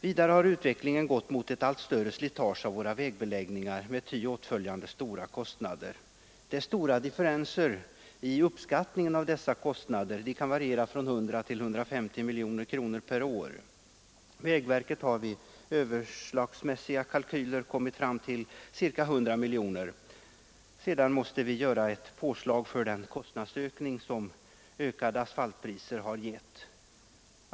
Vidare har utvecklingen gått mot ett allt större slitage på vägbeläggningarna med ty åtföljande stora kostnader. Det är stora differenser i uppskattningen av dessa kostnader, varierande från 100 till 150 miljoner kronor per år. Vägverket har vid överslagsmässiga kalkyler kommit fram till ca 100 miljoner kronor. Sedan måste vi göra ett påslag för den kostnadsökning som ökade asfaltpriser har medfört.